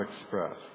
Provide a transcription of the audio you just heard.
express